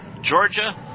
Georgia